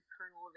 kernel